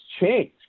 changed